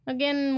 Again